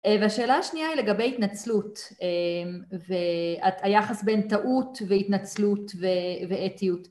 והשאלה השנייה היא לגבי התנצלות והיחס בין טעות והתנצלות ואתיות.